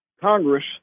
Congress